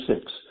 six